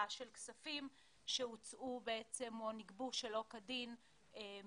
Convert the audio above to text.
של כספים שהוצאו או נגבו שלא כדין מהצרכן.